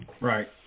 Right